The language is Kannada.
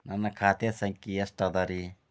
ನನ್ನ ಖಾತೆ ಸಂಖ್ಯೆ ಎಷ್ಟ ಅದರಿ?